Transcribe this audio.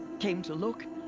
came to look.